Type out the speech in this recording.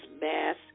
mass